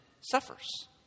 suffers